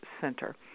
Center